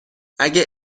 اگه